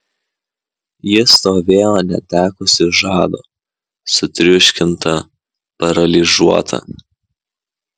ji stovėjo netekusi žado sutriuškinta paralyžiuota